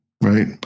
right